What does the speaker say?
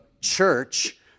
church